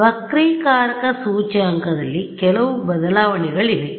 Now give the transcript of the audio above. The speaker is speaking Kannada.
ವಕ್ರೀಕಾರಕ ಸೂಚ್ಯಂಕದಲ್ಲಿ ಕೆಲವು ಬದಲಾವಣೆಗಳಿವೆ